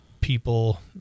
people